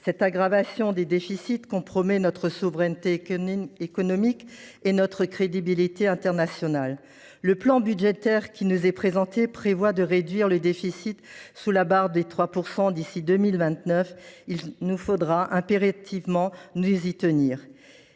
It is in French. L’aggravation des déficits compromet notre souveraineté économique et notre crédibilité internationale. Le plan qui nous est présenté prévoit de ramener le déficit sous la barre des 3 % du PIB d’ici à 2029. Il nous faudra impérativement nous y tenir.